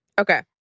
Okay